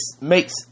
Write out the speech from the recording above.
makes